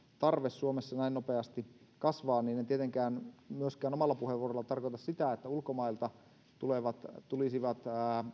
tarve suomessa näin nopeasti kasvaa niin en tietenkään myöskään omalla puheenvuorollani tarkoita sitä että ulkomailta tulevat tulisivat